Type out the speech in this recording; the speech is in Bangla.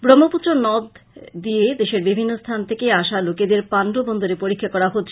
ব্রহ্মপুত্র নদ দিয়ে দেশের বিভিন্ন স্থান থেকে আসা লোকেদের পান্ডু বন্দরে পরীক্ষা করা হচ্ছে